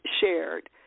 shared